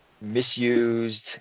misused